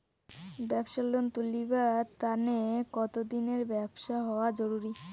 ব্যাবসার লোন তুলিবার তানে কতদিনের ব্যবসা হওয়া জরুরি?